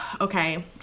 okay